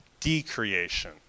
decreation